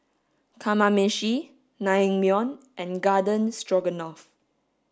Kamameshi Naengmyeon and Garden Stroganoff